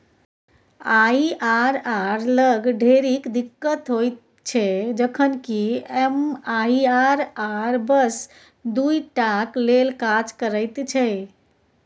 IRR लग ढेरिक दिक्कत होइत छै जखन कि एम.आई.आर.आर बस दुइ टाक लेल काज करैत छै